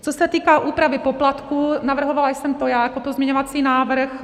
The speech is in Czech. Co se týká úpravy poplatků, navrhovala jsem to já jako pozměňovací návrh.